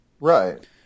Right